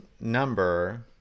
number